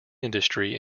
industry